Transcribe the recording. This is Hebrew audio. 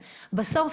בסוף,